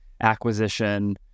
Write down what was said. acquisition